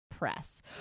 Press